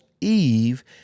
Eve